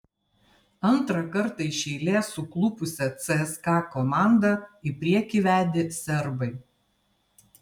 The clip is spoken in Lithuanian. antrą kartą iš eilės suklupusią cska komandą į priekį vedė serbai